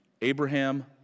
Abraham